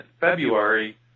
February